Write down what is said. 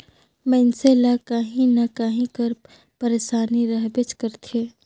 मइनसे ल काहीं न काहीं कर पइरसानी रहबेच करथे